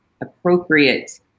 appropriate